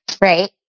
right